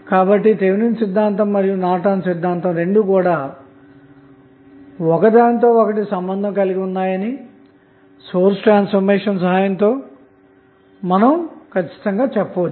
కాబట్టి థెవెనిన్ సిద్ధాంతం మరియు నార్టన్ సిద్ధాంతం రెండు కూడా ఒకదానితో ఒకటి సంబంధం కలిగి ఉన్నాయని సోర్స్ ట్రాన్స్ఫార్మేషన్ సహాయంతో మనం చెప్పవచ్చు